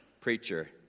preacher